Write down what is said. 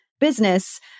business